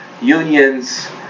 unions